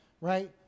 right